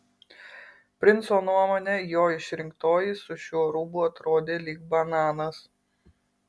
princo nuomone jo išrinktoji su šiuo rūbu atrodė lyg bananas